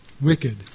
wicked